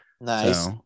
Nice